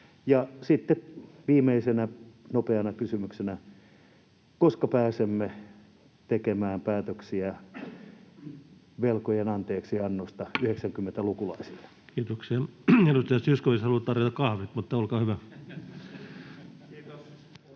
sitten viimeisenä nopeana kysymyksenä: koska pääsemme tekemään päätöksiä velkojen anteeksiannosta 90-lukulaisille? Kiitoksia. — Edustaja Zyskowicz haluaa tarjota kahvit, mutta olkaa hyvä. Arvoisa